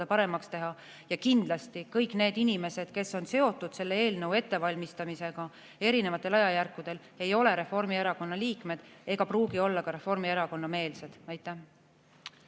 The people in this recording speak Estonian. paremaks teha. Kindlasti kõik need inimesed, kes on olnud seotud selle eelnõu ettevalmistamisega erinevatel ajajärkudel, ei ole Reformierakonna liikmed ega pruugi olla ka Reformierakonna-meelsed. Tarmo